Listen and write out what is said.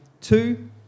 Two